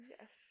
Yes